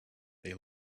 they